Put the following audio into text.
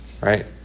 right